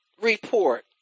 Report